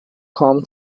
come